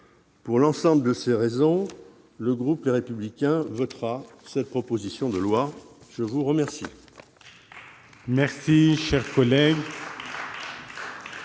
Pour l'ensemble de ces raisons, le groupe Les Républicains votera cette proposition de loi. M. Philippe